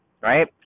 right